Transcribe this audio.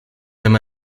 même